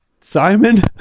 Simon